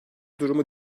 durumu